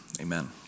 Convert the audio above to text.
Amen